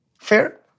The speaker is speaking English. Fair